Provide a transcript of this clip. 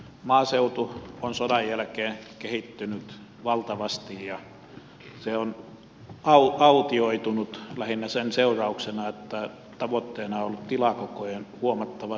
maaseutu on sodan jälkeen kehittynyt valtavasti ja se on autioitunut lähinnä sen seurauksena että tavoitteena on ollut tilakokojen huomattava suurentaminen